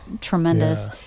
tremendous